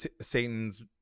Satan's